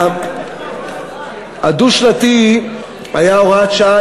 הדו-שנתי היה הוראת שעה,